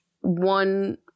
one